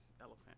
elephant